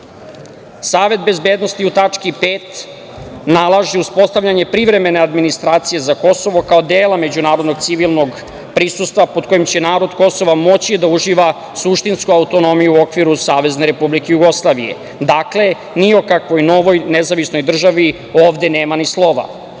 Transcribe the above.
Savet bezbednosti u tački 5. nalaže uspostavljanje privremene administracije za Kosovo kao dela međunarodnog civilnog prisustva pod kojim će narod Kosova moći da uživa suštinsku autonomiju u okviru SRJ. Dakle, ni o kakvoj novoj nezavisnoj državi ovde nema ni slova. Onda